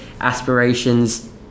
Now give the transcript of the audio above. aspirations